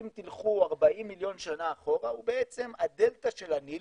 אם תלכו 40 מיליון שנה אחורה הוא בעצם הדלתא של הנילוס,